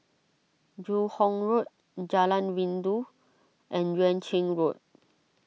Joo Hong Road Jalan Rindu and Yuan Ching Road